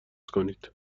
کنید